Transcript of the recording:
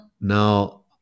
now